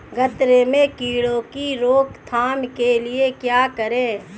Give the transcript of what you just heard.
गन्ने में कीड़ों की रोक थाम के लिये क्या करें?